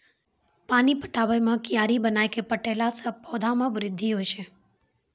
पानी पटाबै मे कियारी बनाय कै पठैला से पौधा मे बृद्धि होय छै?